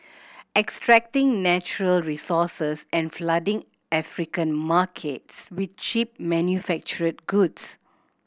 extracting natural resources and flooding African markets with cheap manufactured goods